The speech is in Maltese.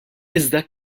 iżda